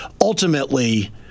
ultimately